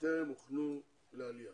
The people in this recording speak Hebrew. וטרם הוכנו לעלייה,